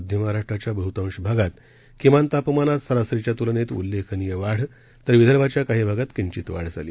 मध्य महाराष्ट्राच्या बह्तांश भागात किमान तापमानात सरासरीच्या तुलनेत उल्लेखनीय वाढ तर विदर्भाच्या काही भागात किंवित वाढ झाली